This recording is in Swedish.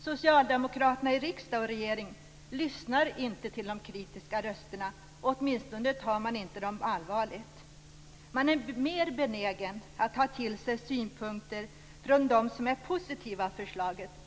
Socialdemokraterna i riksdag och regering lyssnar inte till de kritiska rösterna, åtminstone tar man dem inte allvarligt. Man är mer benägen att ta till sig synpunkter från dem som är positiva till förslaget.